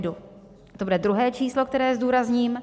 To bude druhé číslo, které zdůrazním.